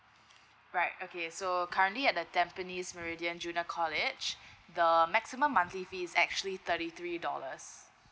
right okay so currently at the tampines meridian junior college the maximum monthly fee is actually thirty three dollars